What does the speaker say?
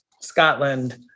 Scotland